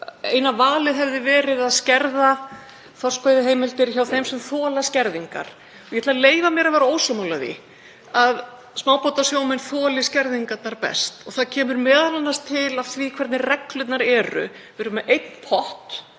eina valið hefði verið að skerða þorskveiðiheimildir hjá þeim sem þola skerðingar. Ég ætla að leyfa mér að vera ósammála því að smábátasjómenn þoli skerðingarnar best og það kemur m.a. til af því hvernig reglurnar eru. Við erum með einn pott